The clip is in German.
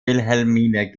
wilhelmine